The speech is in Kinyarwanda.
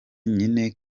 nyine